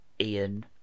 Ian